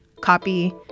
copy